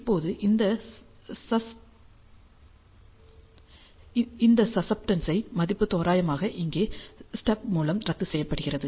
இப்போது இந்த சஸ்செப்டென்ஸ் மதிப்பு தோராயமாக இங்கே ஸ்டப் மூலம் ரத்து செய்யப்படுகிறது